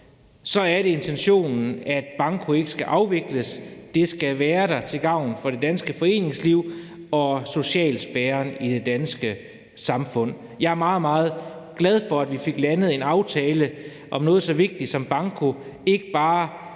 så er det ikke intentionen, at banko skal afvikles. Det skal være der til gavn for det danske foreningsliv og socialsfæren i det danske samfund. Jeg er meget, meget glad for, at vi fik landet en aftale om noget så vigtigt som banko,